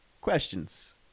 questions